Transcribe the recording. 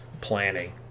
planning